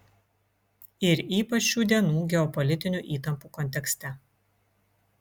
ir ypač šių dienų geopolitinių įtampų kontekste